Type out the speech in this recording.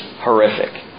horrific